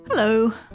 Hello